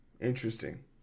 Interesting